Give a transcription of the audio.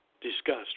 discussed